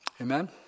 Amen